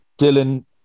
Dylan